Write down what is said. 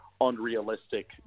unrealistic